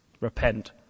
Repent